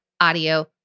audio